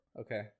okay